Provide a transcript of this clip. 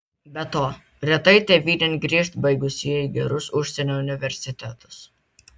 be to retai tėvynėn grįžt baigusieji gerus užsienio universitetus